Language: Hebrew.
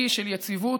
אי של יציבות,